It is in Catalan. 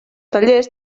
tallers